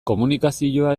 komunikazioa